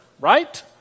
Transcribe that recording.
right